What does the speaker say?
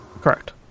Correct